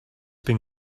been